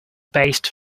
based